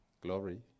Glory